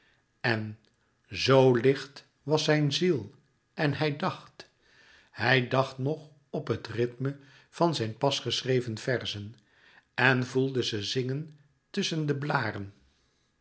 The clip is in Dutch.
en zo licht was zijne ziel en hij dacht hij dacht nog op het rythme van zijn pas geschreven verzen en voelde ze zingen tusschen de blâren